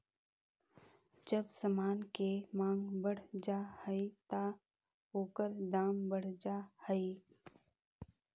जब समान के मांग बढ़ जा हई त ओकर दाम बढ़ जा हई